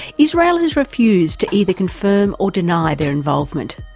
israel has refused to either confirm or deny their involvement.